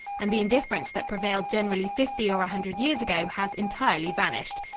and the indifference that prevailed generally fifty or a hundred years ago has entirely vanished.